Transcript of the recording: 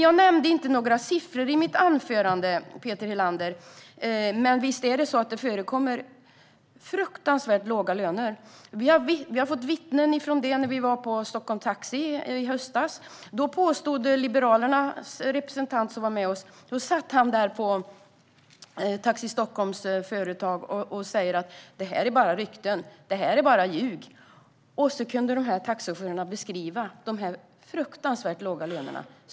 Jag nämnde inte några siffror i mitt anförande, Peter Helander, men visst förekommer fruktansvärt låga löner. Vi fick höra vittnen berätta när vi besökte Taxi Stockholm i höstas. Liberalernas representant satt hos Taxi Stockholm och sa att det är rykten, att det är ljug. Sedan kunde taxichaufförerna beskriva de fruktansvärt låga lönerna.